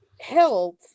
health